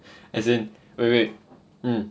as in wait wait mm